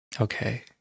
Okay